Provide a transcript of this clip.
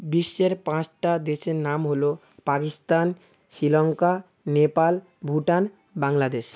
বিশ্বের পাঁচটা দেশের নাম হলো পাকিস্তান শ্রীলঙ্কা নেপাল ভুটান বাংলাদেশ